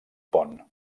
pont